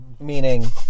meaning